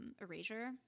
erasure